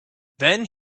then